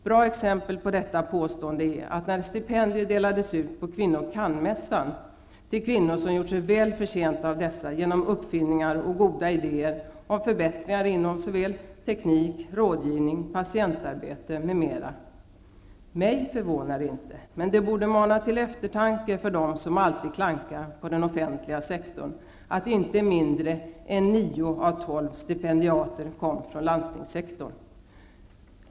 Bra exempel på detta påstående är att när stipendier delades ut på Kvinnor kan-mässan till kvinnor som gjort sig väl förtjänta av dessa genom uppfinningar och goda idéer om förbättringar inom teknik, rådgivning, patientarbete m.m., kom inte mindre än nio av tolv stipendiater från landstingssektorn. Mig förvånar det inte, men det borde mana till eftertanke för dem som alltid klankar på den offentliga sektorn.